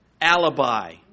alibi